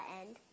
end